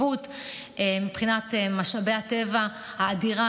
מבחינת משאבי הטבע יש חשיבות אדירה